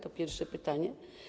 To pierwsze pytanie.